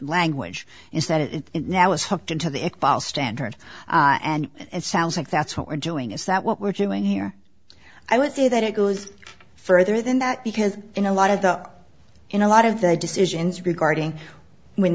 language instead of it now is hooked into the it standard and it sounds like that's what we're doing is that what we're doing here i would say that it goes further than that because in a lot of the in a lot of the decisions regarding when